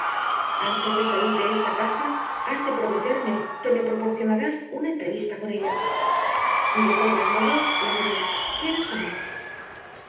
antes de salir de esta casa has de prometerme que me proporcionarás una entrevista con ella de todos modos la veré quieras o no